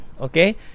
okay